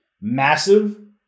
massive